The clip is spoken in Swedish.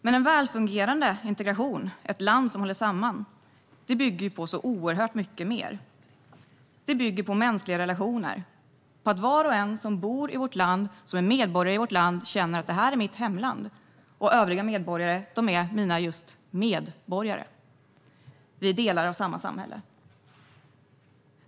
Men en välfungerande integration, ett land som håller samman, bygger på så oerhört mycket mer. Det bygger på mänskliga relationer, på att var och en som bor i vårt land, som är medborgare i vårt land, känner att detta är mitt hemland och övriga medborgare är just mina medborgare; vi är delar av samma samhälle.